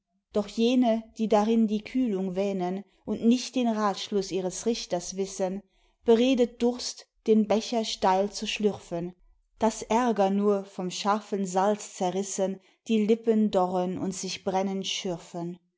doch jene die darin die kühlung wähnen und nicht den ratschluß ihres richters wissen beredet durst den becher steil zu schlürfen daß ärger nur vom scharfen salz zerrissen die lippen dorren und sich brennend schürfen